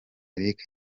eric